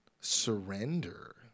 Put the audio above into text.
surrender